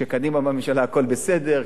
כשקדימה בממשלה הכול בסדר,